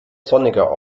sonniger